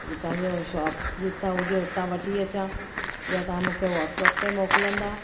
हितां जे शॉप जितां हुजे उतां वठी अचां या तव्हां मूंखे वॉट्सप ते मोकिलींदा